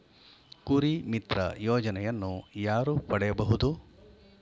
ಕುರಿಮಿತ್ರ ಯೋಜನೆಯನ್ನು ಯಾರು ಪಡೆಯಬಹುದು?